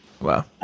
Wow